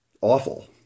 awful